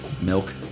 milk